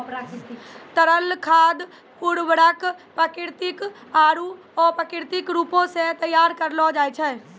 तरल खाद उर्वरक प्राकृतिक आरु अप्राकृतिक रूपो सें तैयार करलो जाय छै